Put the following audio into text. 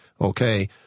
Okay